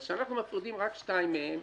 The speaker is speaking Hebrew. אז כשאנחנו מפרידים רק שתיים מהן,